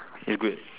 okay good